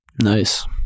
Nice